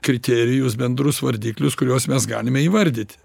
kriterijus bendrus vardiklius kuriuos mes galime įvardyt